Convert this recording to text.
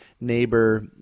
neighbor